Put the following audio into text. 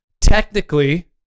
technically